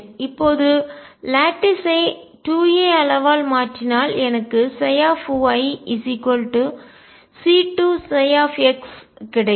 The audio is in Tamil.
இப்போது லட்டீஸ் ஐ 2 a அளவால் மாற்றினால் எனக்கு yC2x கிடைக்கும்